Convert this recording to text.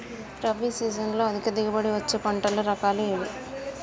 రబీ సీజన్లో అధిక దిగుబడి వచ్చే పంటల రకాలు ఏవి?